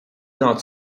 not